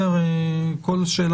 בבקשה,